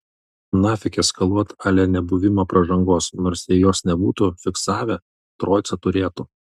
nafik eskaluot a le nebuvimą pražangos nors jei jos nebūtų fiksavę troicą turėtų